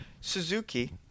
Suzuki